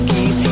Keep